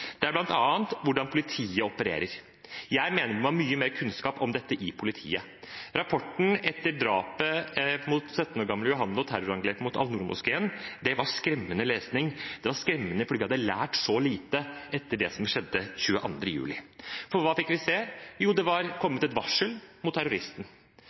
Det er bl.a. hvordan politiet opererer. Jeg mener man må ha mye mer kunnskap om dette i politiet. Rapporten etter drapet på 17 år gamle Johanne og terrorangrepet mot Al-Noor-moskeen var skremmende lesning. Det var skremmende fordi vi hadde lært så lite etter det som skjedde 22. juli. For hva fikk vi se? Jo, det var kommet et varsel mot terroristen.